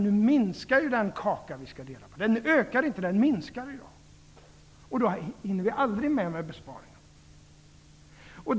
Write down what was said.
Nu minskar den kaka som vi skall dela på. Den ökar inte, utan den minskar. Då hinner vi aldrig med besparingarna.